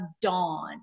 dawn